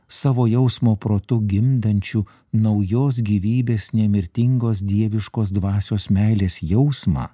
savo jausmo protu gimdančiu naujos gyvybės nemirtingos dieviškos dvasios meilės jausmą